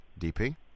DP